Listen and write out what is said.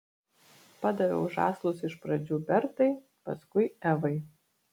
padaviau žąslus iš pradžių bertai paskui evai